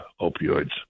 opioids